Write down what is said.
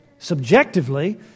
Subjectively